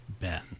Ben